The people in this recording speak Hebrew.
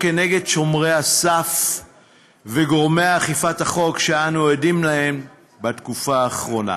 כנגד שומרי הסף וגורמי אכיפת החוק שאנו עדים להן בתקופה האחרונה.